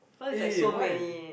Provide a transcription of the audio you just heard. eh why